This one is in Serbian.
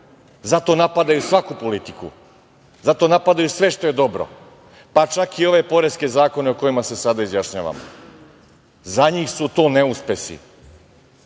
zato napadaju svaku politiku. Zato napadaju sve što je dobro, pa čak i ove poreske zakone za koje se sada izjašnjavamo. Za njih su to neuspesi. To